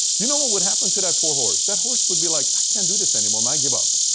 you know what would happen to that poor horse? that horse would be like, i can't do this any more. i give up.